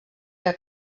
que